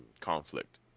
conflict